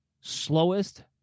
slowest